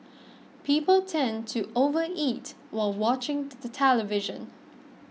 people tend to overeat while watching the television